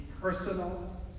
personal